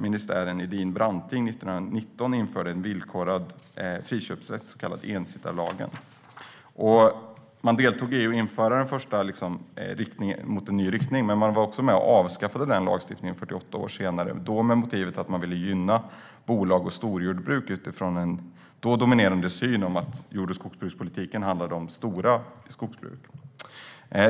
ministären Edén-Branting år 1919 införde en villkorad friköpsrätt, den så kallade ensittarlagen. Man deltog i att införa detta första steg i en ny riktning, men man var också med och avskaffade den lagstiftningen 48 år senare, då med motivet att man ville gynna bolag och storjordbruk utifrån den då dominerande synen att jordbruks och skogspolitiken handlade om stora skogsbruk.